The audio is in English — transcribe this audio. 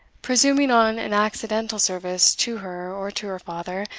presuming on an accidental service to her or to her father,